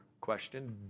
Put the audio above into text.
question